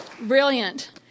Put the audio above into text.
Brilliant